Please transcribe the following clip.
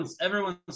everyone's